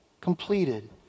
completed